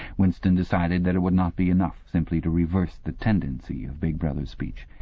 winston decided that it would not be enough simply to reverse the tendency of big brother's speech.